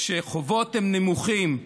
כשחובות הם נמוכים,